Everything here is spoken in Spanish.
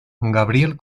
gabriel